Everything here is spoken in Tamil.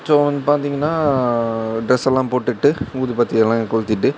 ஸோ வந் பார்த்தீங்கன்னா ட்ரெஸ் எல்லாம் போட்டுகிட்டு ஊதுபத்தி எல்லாம் கொளுத்திகிட்டு